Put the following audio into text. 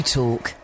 talk